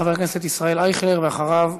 חבר הכנסת ישראל אייכלר, ואחריו,